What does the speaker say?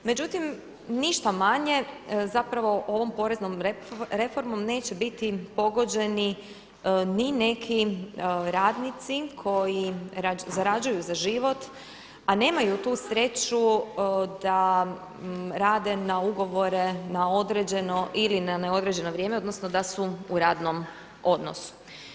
Međutim, ništa manje zapravo ovom poreznom reformom neće biti pogođeni ni neki radnici koji zarađuju za život a nemaju tu sreću da rade na ugovore na određeno ili na neodređeno vrijeme odnosno da su u radnom odnosu.